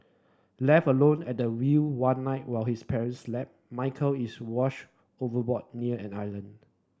left alone at the wheel one night while his parents slept Michael is washed overboard near an island